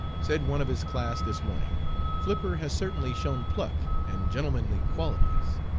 said one of his class this morning flipper has certainly shown pluck and gentlemanly qualities,